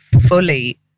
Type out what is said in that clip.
fully